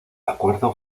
acuerdo